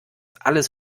alles